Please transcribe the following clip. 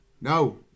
no